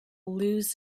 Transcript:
lose